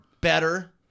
better